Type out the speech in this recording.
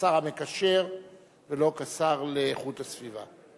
כשר המקשר ולא כשר לאיכות הסביבה.